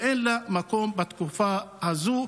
שאין לה מקום בתקופה הזאת.